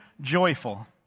joyful